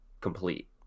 complete